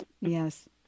Yes